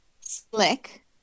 Slick